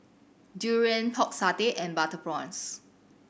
durian Pork Satay and butter prawns